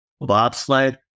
Bobsled